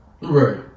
Right